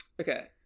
Okay